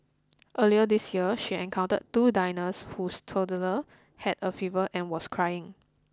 earlier this year she encountered two diners whose toddler had a fever and was crying